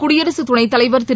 குடியரசுத் துணைத் தலைவா் திரு